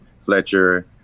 Fletcher